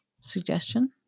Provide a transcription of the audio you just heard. suggestion